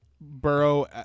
Burrow